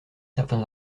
certains